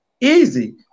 easy